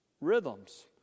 rhythms